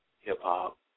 hip-hop